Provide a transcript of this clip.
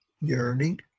yearning